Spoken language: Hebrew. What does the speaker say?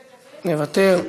מוותר,